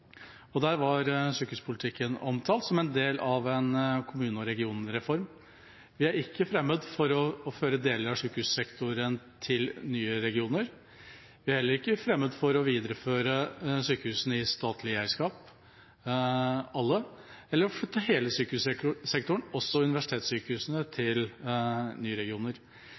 vår. Der var sykehuspolitikken omtalt som en del av en kommune- og regionreform. Vi er ikke fremmed for å føre deler av sykehussektoren til nye regioner. Vi er heller ikke fremmed for å videreføre alle sykehusene i statlig eierskap, eller å flytte hele sykehussektoren – også universitetssykehusene